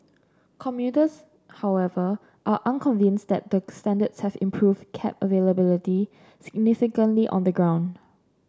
commuters however are unconvinced that the standards have improved cab availability significantly on the ground